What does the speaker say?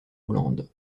hollande